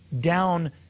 down